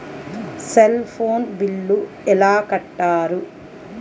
Cell phone bill ఎలా కట్టారు?